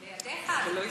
בידך, אדוני.